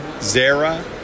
Zara